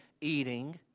eating